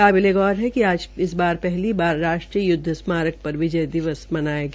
काबिलेगौर है कि आज पहली बार राष्ट्रीय युदव स्मारक पर विजय दिवस मनाया गया